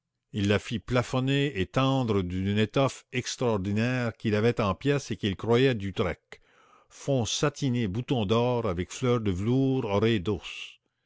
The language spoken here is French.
il la fit plafonner et tendre d'une étoffe extraordinaire qu'il avait en pièce et qu'il croyait d'utrecht fond satiné bouton dor avec fleurs de velours